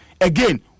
again